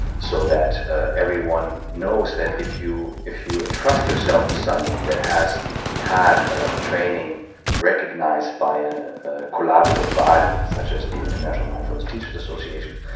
so that everyone knows that if you if you entrust yourself to someone that has had ah training recognized by a collaborative body, such as the international mindfulness teachers association,